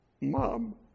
Mom